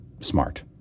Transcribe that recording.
smart